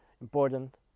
important